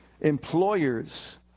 Employers